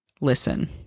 listen